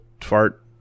fart